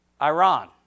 Iran